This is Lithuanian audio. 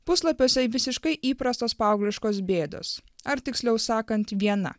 puslapiuose visiškai įprastos paaugliškos bėdos ar tiksliau sakant viena